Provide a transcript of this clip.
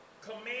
command